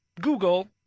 Google